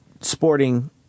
sporting